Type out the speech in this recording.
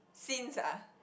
since ah